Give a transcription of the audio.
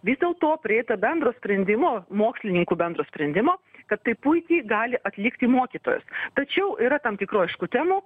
vis dėlto prieita bendro sprendimo mokslininkų bendro sprendimo kad tai puikiai gali atlikti mokytojas tačiau yra tam tikrų aišku temų